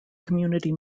community